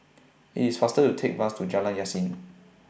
IT IS faster to Take Bus to Jalan Yasin